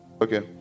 okay